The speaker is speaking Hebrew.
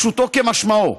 פשוטו כמשמעו.